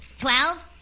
Twelve